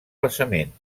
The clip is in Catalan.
basament